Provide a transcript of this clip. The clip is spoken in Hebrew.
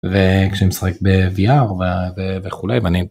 ‫וכשהוא משחק בוויארד וכולי ואני...